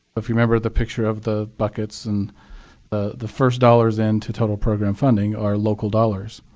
if you remember the picture of the buckets and the the first dollars in to total program funding are local dollars.